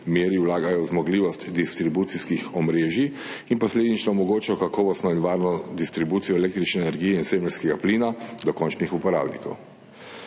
meri vlagajo v zmogljivost distribucijskih omrežij in posledično omogočajo kakovostno in varno distribucijo električne energije in zemeljskega plina do končnih uporabnikov.